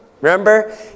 Remember